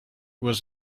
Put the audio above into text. was